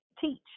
teach